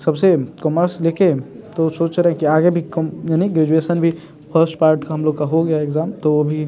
सबसे कॉमर्स लेके तो सोच रहें कि आगे भी यानि ग्रेजुएशन भी फस्ट पार्ट का हम लोग का हो गया एग्जाम तो अभी